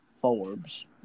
Forbes